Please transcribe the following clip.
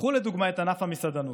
קחו לדוגמה את ענף המסעדנות,